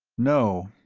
no.